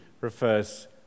refers